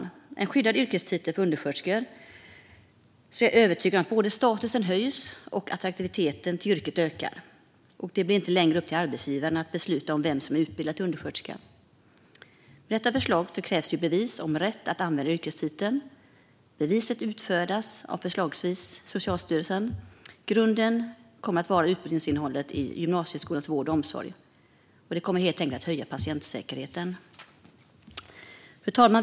Med en skyddad yrkestitel för undersköterskor är jag övertygad om att statusen höjs och att yrkets attraktivitet ökar. Det blir inte längre upp till arbetsgivaren att besluta om vem som är utbildad till undersköterska. Med detta förslag krävs det ett bevis om rätt att använda yrkestiteln. Beviset utfärdas förslagsvis av Socialstyrelsen. Grunden kommer att vara utbildningsinnehållet i gymnasieskolans vård och omsorgsprogram. Det här kommer helt enkelt att höja patientsäkerheten. Fru talman!